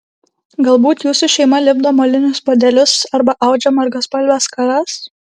galbūt jūsų šeima lipdo molinius puodelius arba audžia margaspalves skaras